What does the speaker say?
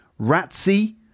Ratsy